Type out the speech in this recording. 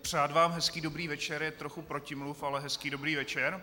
Přát vám hezký dobrý večer je trochu protimluv, ale hezký dobrý večer.